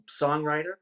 songwriter